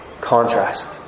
Contrast